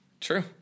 true